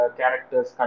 characters